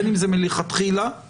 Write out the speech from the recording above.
בין אם זה מלכתחילה --- לא.